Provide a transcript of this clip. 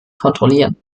kontrollieren